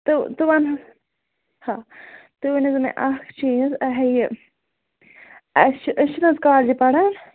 تہٕ ژٕ وَن ہاں تُہۍ ؤنِو مےٚ اَکھ چیٖز یِہَے یہِ اَسہِ چھِ أسۍ چھِنہٕ حظ کالجہِ پران